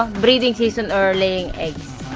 breeding or laying eggs.